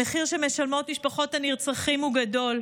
המחיר שמשלמות משפחות הנרצחים הוא גדול.